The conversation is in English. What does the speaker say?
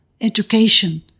education